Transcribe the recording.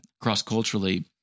cross-culturally